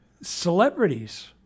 celebrities